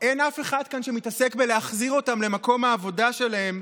שאין אף אחד כאן שמתעסק בלהחזיר אותם למקום העבודה שלהם,